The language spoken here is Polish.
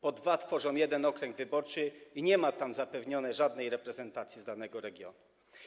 Po dwa tworzą jeden okręg wyborczy i nie ma tam zapewnionej żadnej reprezentacji z danego regionu.